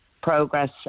progress